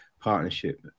partnership